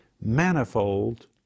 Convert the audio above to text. manifold